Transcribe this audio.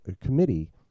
committee